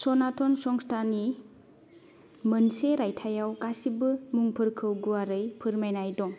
सनातन संस्थानि मोनसे रायथाइयाव गासैबो मुंफोरखौ गुवारै फोरमायनाय दं